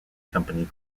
company